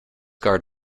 guard